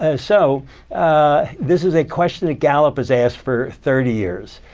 ah so this is a question that gallup has asked for thirty years.